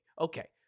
okay